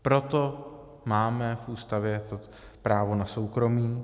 Proto máme v Ústavě právo na soukromí.